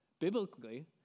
Biblically